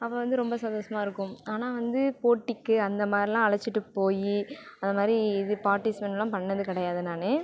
அப்போ வந்து ரொம்ப சந்தோஷமாக இருக்கும் ஆனால் வந்து போட்டிக்கு அந்த மாதிரிலாம் அழைச்சிட்டு போய் அந்த மாதிரி இது பார்ட்டிசிபென்ட்லாம் பண்ணது கிடையாது நான்